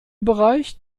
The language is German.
bereich